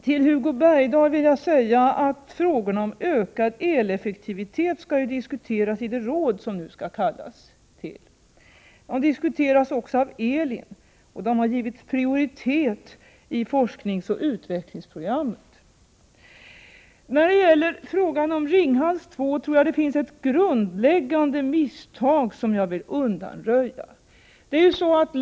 Till Hugo Bergdahl vill jag säga att frågorna om ökad eleffektivitet skall diskuteras i det råd som vi skall kalla till. De diskuteras också i ELIN, och de har givit prioritet i forskningsoch utvecklingsprogrammet. När det gäller frågan om Ringhals 2 tror jag att det finns ett grundläggande misstag, som jag vill undanröja.